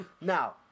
Now